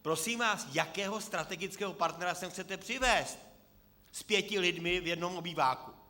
Prosím vás, jakého strategického partnera sem chcete přivést s pěti lidmi v jednom obýváku?